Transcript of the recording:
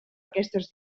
aquestes